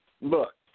Look